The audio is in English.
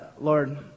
Lord